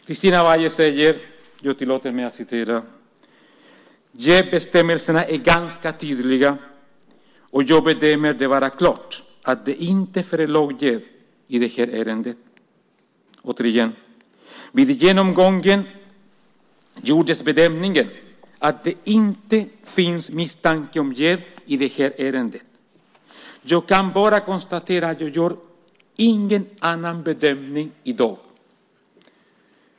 Jag tillåter mig att citera vad Christina Weihe säger: "Jävsbestämmelserna är ganska tydliga, och jag bedömer det vara klart att det inte förelåg jäv i det här ärendet." Återigen. "Vid den genomgången gjordes bedömningen att det inte fanns misstanke om jäv i det här ärendet. Jag kan bara konstatera att jag gör ingen annan bedömning i dag."